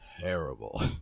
terrible